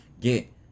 get